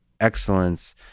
excellence